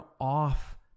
off